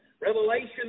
Revelation